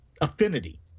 affinity